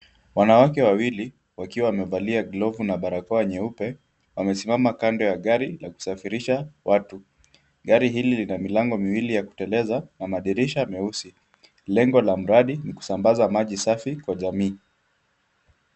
Wanawake wawili wakiwa wamevalia glovu na barakoa nyeupe, wamesimama kando ya gari la kusafirisha watu. Gari hili lina milango miwili ya kuteleza na madirisha meusi. Lengo la mradi ni kusambaza maji safi kwa jamii.